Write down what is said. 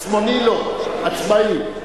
עצמוני לא, עצמאי.